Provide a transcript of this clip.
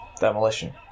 Demolition